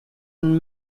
and